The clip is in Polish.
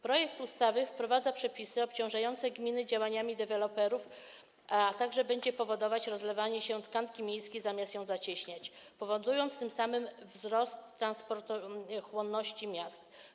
Projekt ustawy wprowadza przepisy obciążające gminy działaniami deweloperów, a także będzie powodować rozlewanie się tkanki miejskiej, zamiast ją zacieśniać, powodując tym samym wzrost transportochłonności miast.